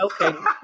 okay